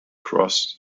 cross